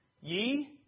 Ye